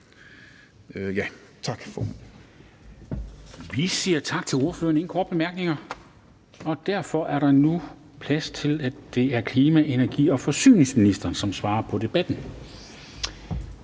Vi siger tak til ordføreren. Der er ingen korte bemærkninger. Derfor er der nu plads til, at det er klima-, energi- og forsyningsministeren, som svarer på debatten.